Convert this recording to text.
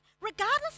regardless